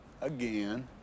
again